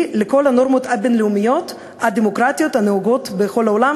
לכל הנורמות הבין-לאומיות הדמוקרטיות הנהוגות בכל העולם,